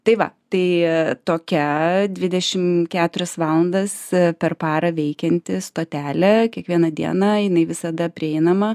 tai va tai tokia dvidešimt keturias valandas per parą veikianti stotelė kiekvieną dieną jinai visada prieinama